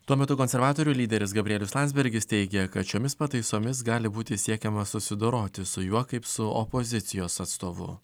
tuo metu konservatorių lyderis gabrielius landsbergis teigia kad šiomis pataisomis gali būti siekiama susidoroti su juo kaip su opozicijos atstovu